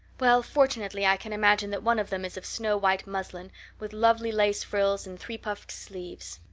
well, fortunately i can imagine that one of them is of snow-white muslin with lovely lace frills and three-puffed sleeves.